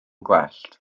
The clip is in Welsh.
gwellt